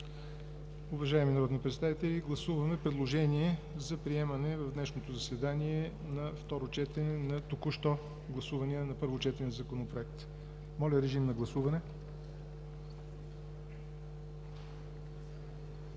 Уважаеми народни представители, гласуваме предложение за приемане в днешното заседание на второ четене на току-що гласувания на първо четене Законопроект. Моля, гласувайте.